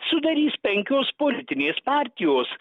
sudarys penkios politinės partijos